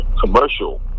commercial